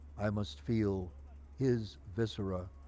i must feel his viscera,